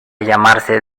llamarse